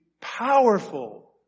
powerful